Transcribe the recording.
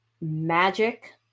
magic